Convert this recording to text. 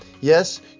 Yes